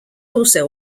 also